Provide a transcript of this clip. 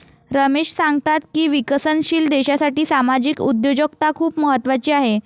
रमेश सांगतात की विकसनशील देशासाठी सामाजिक उद्योजकता खूप महत्त्वाची आहे